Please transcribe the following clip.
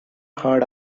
heard